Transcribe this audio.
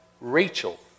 Rachel